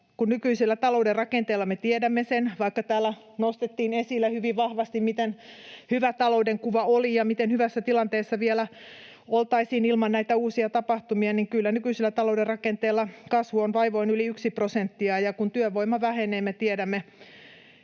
Nykyisillä talouden rakenteilla me tiedämme sen, että vaikka täällä nostettiin esille hyvin vahvasti, miten hyvä taloudenkuva oli ja miten hyvässä tilanteessa vielä oltaisiin ilman näitä uusia tapahtumia, niin kyllä nykyisillä talouden rakenteilla kasvu on vaivoin yli yksi prosenttia, ja kun työvoima vähenee ja